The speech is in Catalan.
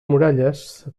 muralles